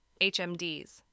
HMDs